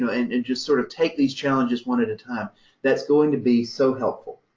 know, and and just sort of take these challenges one at a time that's going to be so helpful.